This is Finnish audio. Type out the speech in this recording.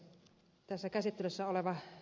tässä käsittelyssä oleva ed